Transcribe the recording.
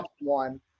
one